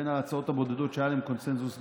זו מההצעות הבודדות שהיה עליהן קונסנזוס במליאה.